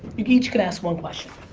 you each can ask one question.